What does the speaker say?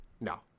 No